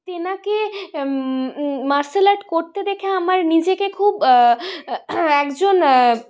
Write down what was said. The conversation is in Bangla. তেনাকে মার্শাল আর্ট করতে দেখে আমার নিজেকে খুব একজন